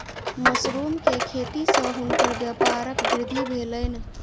mushroom के खेती सॅ हुनकर व्यापारक वृद्धि भेलैन